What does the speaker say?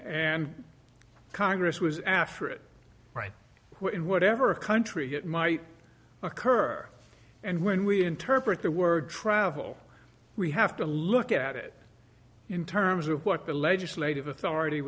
congress was after it right whatever country it might occur and when we interpret the word travel we have to look at it in terms of what the legislative authority